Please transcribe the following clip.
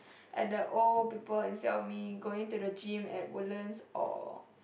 at the old people instead of people going to the gym at Woodlands or